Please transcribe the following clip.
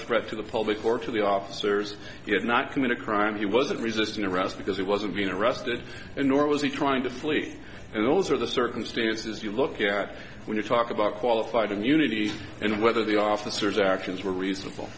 threat to the public or to the officers did not commit a crime he wasn't resisting arrest because he wasn't being arrested and nor was he trying to flee and those are the circumstances you look at when you talk about qualified immunity and whether the officer's actions were reasonable